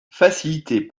facilités